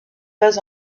pas